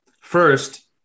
First